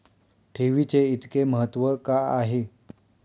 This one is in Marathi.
ठेवीचे इतके महत्व का आहे?